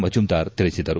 ಮಜುಂದಾರ್ ತಿಳಿಸಿದರು